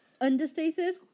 Understated